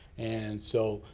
and so,